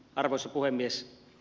arvoisa puhemies